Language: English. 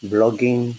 Blogging